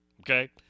okay